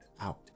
out